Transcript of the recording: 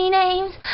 names